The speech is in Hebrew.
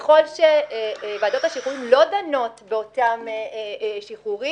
ככל שוועדות השחרורים לא דנות באותם שחרורים,